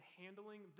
handling